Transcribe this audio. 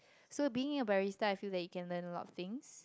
so being a barista I feel that you can learn a lot of things